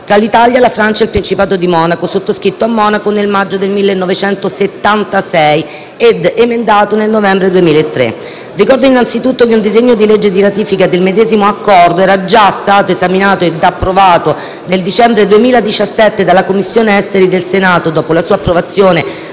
tra l'Italia, la Francia e il Principato di Monaco, sottoscritto a Monaco nel maggio del 1976 ed emendato nel novembre 2003. Ricordo innanzitutto che un disegno di legge di ratifica del medesimo Accordo era già stato esaminato e approvato nel dicembre 2017 dalla Commissione esteri del Senato, dopo la sua approvazione